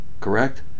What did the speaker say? Correct